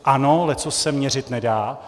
Ano, leccos se měřit nedá.